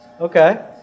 Okay